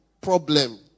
problem